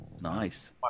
Nice